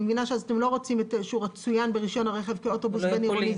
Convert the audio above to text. אני מבינה שאתם לא רוצים שהוא צוין ברישיון הרכב כאוטובוס בין עירוני.